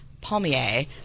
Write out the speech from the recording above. palmier